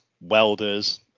welders